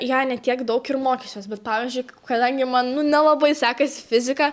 ją ne tiek daug ir mokysiuos bet pavyzdžiui kadangi man nu nelabai sekasi fizika